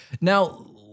Now